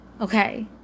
okay